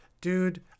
dude